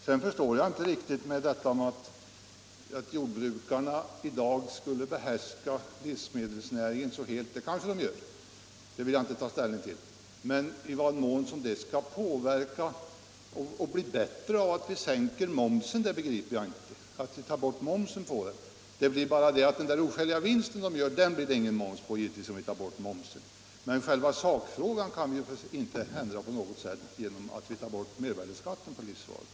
Sedan förstår jag inte riktigt sammanhanget med att jordbrukarna i dag skulle behärska livsmedelsnäringen så helt. Det kanske de gör — det vill jag inte ta ställning till. Men i vad mån det skall bli bättre av att vi sänker momsen, begriper jag inte. Det blir bara så att den där oskäliga vinsten blir det givetvis ingen moms på. Men själva sakfrågan kan vi ju inte ändra på något sätt genom att vi tar bort mervärdeskatten på livsmedel.